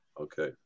Okay